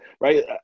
right